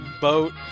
boat